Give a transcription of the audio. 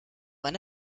eine